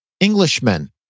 Englishmen